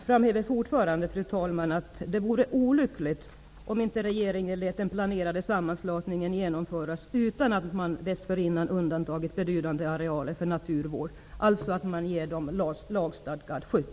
Fru talman! Jag framhåller fortfarande att det vore olyckligt om regeringen tillät den planerade sammanslagningen utan att dessförinnan ha undantagit betydande arealer för naturvård genom att ge dessa områden lagstadgat skydd.